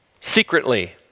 secretly